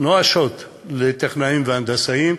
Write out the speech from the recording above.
נואשות לטכנאים והנדסאים,